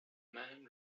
man